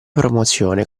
promozione